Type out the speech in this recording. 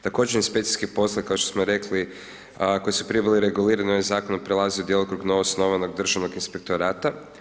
Također inspekcijski poslove kao što smo rekli koji su prije bili regulirani ovim zakonom prelaze u djelokrug novoosnovanog Državnog inspektorata.